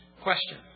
Question